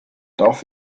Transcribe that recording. darf